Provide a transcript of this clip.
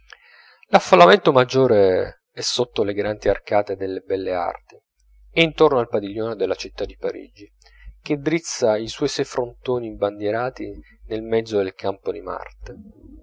l'affollamento maggiore è sotto le grandi arcate delle belle arti e intorno al padiglione della città di parigi che drizza i suoi sei frontoni imbandierati nel mezzo del campo di marte